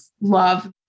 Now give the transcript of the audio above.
love